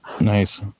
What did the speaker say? nice